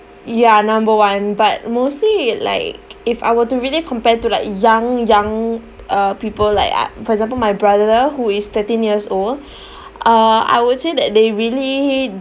ya number one but mostly it like if I were to really compare to like young young uh people like uh for example my brother who is thirteen years old uh I would say that they really